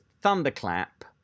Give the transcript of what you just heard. thunderclap